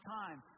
time